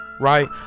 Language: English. Right